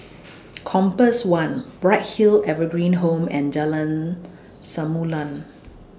Compass one Bright Hill Evergreen Home and Jalan Samulun